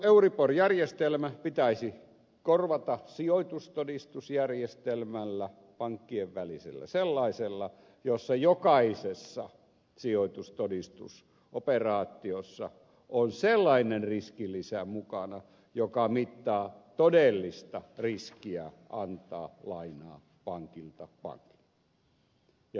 euribor järjestelmä pitäisi korvata sijoitustodistusjärjestelmällä pankkien välisellä sellaisella jossa jokaisessa sijoitustodistusoperaatiossa on sellainen riskilisä mukana joka mittaa todellista riskiä antaa lainaa pankilta pankille